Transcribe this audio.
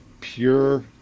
pure